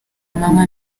amanywa